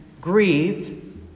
grieve